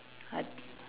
I